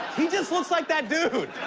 he just looks like that dude.